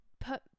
put